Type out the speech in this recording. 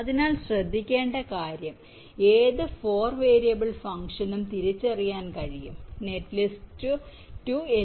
അതിനാൽ ശ്രദ്ധിക്കേണ്ട കാര്യം ഏത് 4 വേരിയബിൾ ഫംഗ്ഷനും തിരിച്ചറിയാൻ കഴിയും നെറ്റ് ലിസ്റ്റ് ടു എൽ